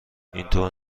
اینطور